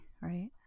right